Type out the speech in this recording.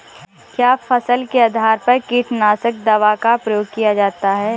क्या फसल के आधार पर कीटनाशक दवा का प्रयोग किया जाता है?